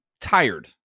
tired